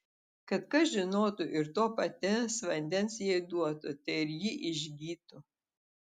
kad kas žinotų ir to paties vandens jai duotų tai ir ji išgytų